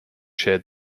shared